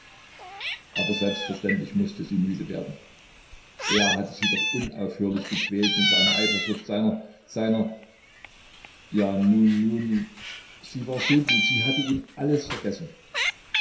aber selbstverständlich mußte sie müde werden er hatte sie doch unaufhörlich gequält mit seiner eifersucht seiner seiner ja nun nun sie war so gut sie hatte ihm alles vergessen